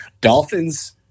Dolphins